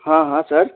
हाँ हाँ सर